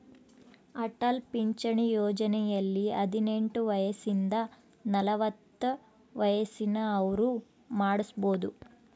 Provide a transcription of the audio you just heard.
ಅಟಲ್ ಪಿಂಚಣಿ ಯೋಜನೆಯಲ್ಲಿ ಹದಿನೆಂಟು ವಯಸಿಂದ ನಲವತ್ತ ವಯಸ್ಸಿನ ಅವ್ರು ಮಾಡ್ಸಬೊದು